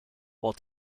while